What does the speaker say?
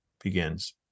begins